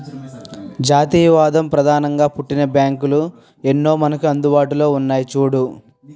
జాతీయవాదం ప్రధానంగా పుట్టిన బ్యాంకులు ఎన్నో మనకు అందుబాటులో ఉన్నాయి చూడు